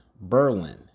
Berlin